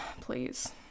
please